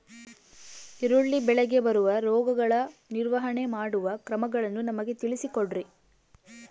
ಈರುಳ್ಳಿ ಬೆಳೆಗೆ ಬರುವ ರೋಗಗಳ ನಿರ್ವಹಣೆ ಮಾಡುವ ಕ್ರಮಗಳನ್ನು ನಮಗೆ ತಿಳಿಸಿ ಕೊಡ್ರಿ?